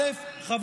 חלילה.